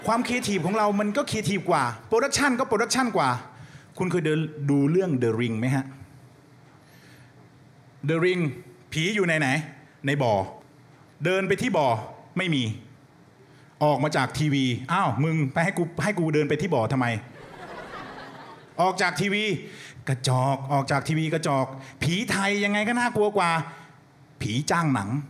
ความ creative ของเรามันก็ creative กว่า production ก็ production กว่า คุณเคยเดินดูเรื่อง The Ring ไหมฮะ? The Ring ผีอยู่ไหนๆ? ในบ่อ เดินไปที่บ่อ ไม่มี ออกมาจากทีวี อ้าว มึงไปให้กู- ให้กูเดินไปที่บ่อทำไม? ออกจากทีวี กระจอก ออกจากทีวี กระจอก ผีไทยยังไงก็น่ากลัวกว่า ผีจ้างหนัง